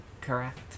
correct